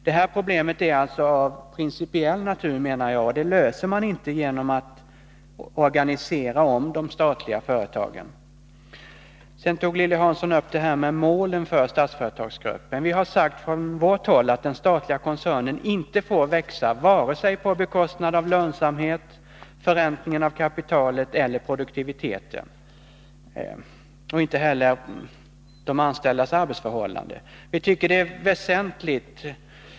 Detta problem är alltså av principiell natur, menar jag, och det löser man inte genom att organisera om de statliga företagen. Sedan tog Lilly Hansson upp målen för Statsföretagsgruppen. Från vårt håll har vi sagt att den statliga koncernen inte får växa på bekostnad av vare sig lönsamheten, förräntningen av kapitalet eller produktiviteten, och inte heller på bekostnad av de anställdas arbetsförhållanden. Vi tycker att detta är väsentligt.